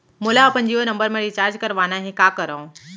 मोला अपन जियो नंबर म रिचार्ज करवाना हे, का करव?